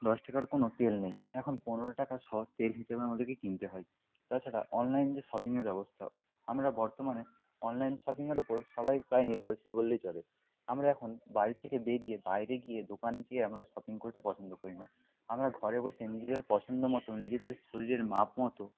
দশ টাকার কোনো তেল নেই এখন পনেরো টাকা শ তেল হিসেবে আমাদেরকে কিনতে হয় তাছাড়া অনলাইন যে শপিংয়ের ব্যবস্থা আমরা বর্তমানে অনলাইন শপিংয়ের ওপর সবাই প্রায় নির্ভরশীল বললেই চলে আমরা এখন বাড়ি থেকে বেরিয়ে বাইরে গিয়ে দোকানে যেয়ে আমরা শপিং করতে পছন্দ করি না আমরা ঘরে বসে নিজেদের পছন্দ মতো নিজেদের শরীরের মাপ মতো